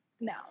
No